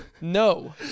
No